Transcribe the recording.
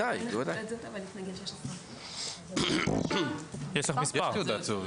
אין לך תעודת זהות לפני גיל 16. יש מספר תעודת זהות.